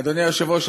אדוני היושב-ראש,